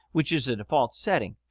which is the default setting,